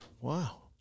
Wow